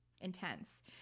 Intense